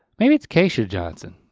maybe it's kaesha johnson.